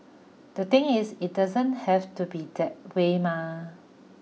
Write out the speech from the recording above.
the thing is it doesn't have to be that way Mah